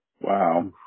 Wow